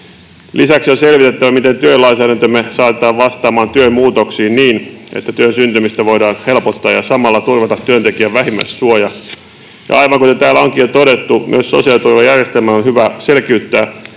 Lisäksi on selvitettävä, miten työlainsäädäntömme saatetaan vastaamaan työn muutoksiin niin, että työn syntymistä voidaan helpottaa ja samalla turvata työntekijän vähimmäissuoja. Aivan kuten täällä onkin jo todettu, myös sosiaaliturvajärjestelmää on hyvä selkiyttää.